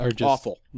Awful